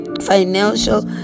financial